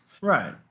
Right